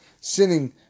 sinning